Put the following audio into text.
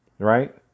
right